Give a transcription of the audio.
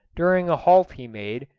during a halt he made,